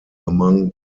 among